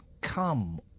come